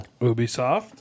Ubisoft